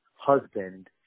husband